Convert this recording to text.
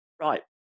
right